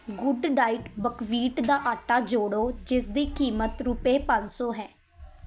good diet buckwheat ਦਾ ਆਟਾ ਜੋੜੋ ਜਿਸ ਦੀ ਕੀਮਤ ਰੁਪਏ ਪੰਜ ਸੌ ਹੈ